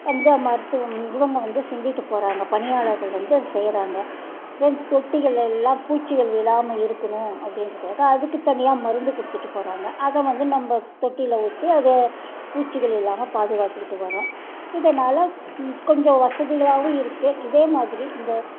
அந்த மருத்துவம் இவங்க வந்து செஞ்சிட்டு போகறாங்க பணியாளர்கள் வந்து அதை செய்யறாங்க தொட்டிகளில் எல்லாம் பூச்சிகள் விழாம இருக்குணும் அப்படின்றதுக்காக அதுக்கு தனியாக மருந்து கொடுத்துட்டு போகறாங்க அதை வந்து நம்ப தொட்டியில உத்தி அதை பூச்சிகள் இல்லாமல் பாதுகாத்துக்கிட்டு வரோம் இதனால் கொஞ்சம் வசதிகளாகவும் இருக்கு இதே மாதிரி இந்த